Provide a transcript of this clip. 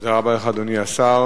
תודה רבה לך, אדוני השר.